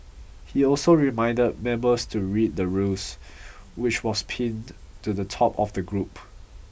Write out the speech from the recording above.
he also reminded members to read the rules which was pinned to the top of the group